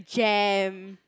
jam